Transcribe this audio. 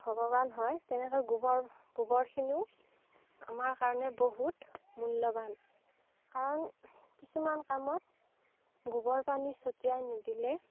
ভগৱান হয় তেনেকৈ গোবৰ গোবৰখিনিও আমাৰ কাৰণে বহুত মূল্যৱান কাৰণ কিছুমান কামত গোবৰ পানী ছটিয়াই নিদিলে